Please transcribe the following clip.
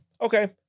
okay